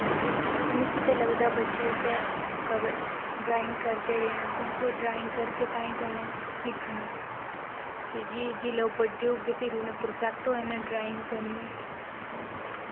ते मिगी लगदा बच्चें गी कदें ड्राइंग करदे रौह्ना ओह् ड्राइंग करदे रौह्ना ते फ्ही जेल्लै बड्डे होगे ते उ'नें परफेक्ट होई जाना